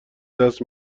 دست